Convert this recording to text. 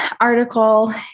article